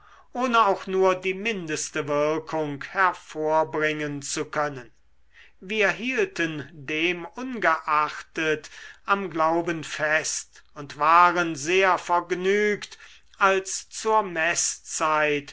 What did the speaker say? ohne auch nur die mindeste wirkung hervorbringen zu können wir hielten demungeachtet am glauben fest und waren sehr vergnügt als zur